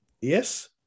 Yes